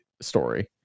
story